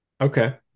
Okay